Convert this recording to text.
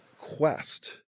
quest